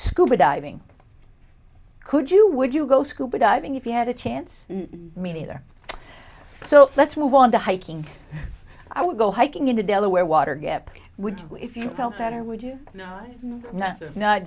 scuba diving could you would you go scuba diving if you had a chance meeting either so let's move on to hiking i would go hiking in the delaware water gap would if you felt better would you know